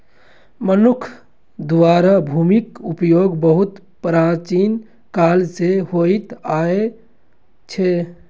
मनुक्ख द्वारा भूमिक उपयोग बहुत प्राचीन काल सं होइत आयल छै